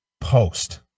post